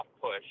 push